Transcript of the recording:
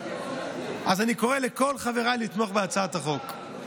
אז אני קורא לכל חבריי לתמוך בהצעת החוק.